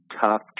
tough